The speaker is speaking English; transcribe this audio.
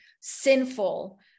sinful